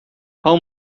how